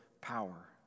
power